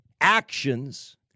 actions